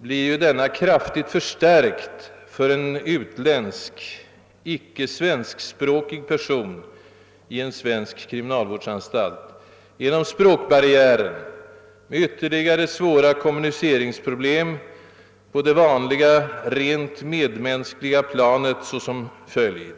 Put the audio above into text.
blir denna kraftigt förstärkt för en utländsk icke svenskspråkig person i en svensk kriminalvårdsanstalt genom språkbarriären med ytterligare svåra kommuniceringsproblem på det vanliga rent medmänskliga planet såsom följd.